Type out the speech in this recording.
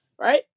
right